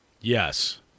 Yes